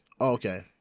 Okay